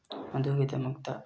ꯑꯗꯨꯒꯤꯗꯃꯛꯇ